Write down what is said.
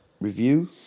Review